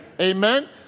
Amen